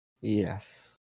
Yes